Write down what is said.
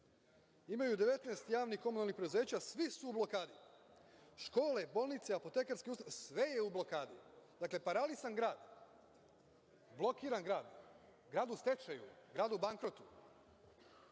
Imaju 19 javnih komunalnih preduzeća i svi su u blokadi. Škole, bolnice, apotekarske ustanove, sve je u blokadi. Dakle, paralisan grad, blokiran grad, grad u stečaju, grad u bankrotu.